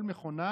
כל מכונה